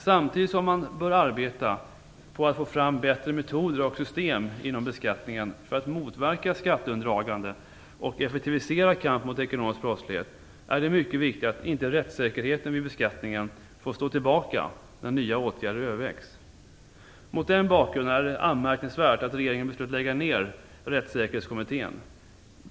Samtidigt som man bör arbeta på att få fram bättre metoder och system inom beskattningen för att motverka skatteundandragande och effektivisera kampen mot ekonomisk brottslighet är det mycket viktigt att inte rättssäkerheten vid beskattningen får stå tillbaka när nya åtgärder övervägs. Mot den bakgrunden är det anmärkningsvärt att regeringen beslutat lägga ner Rättssäkerhetskommittén.